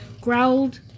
growled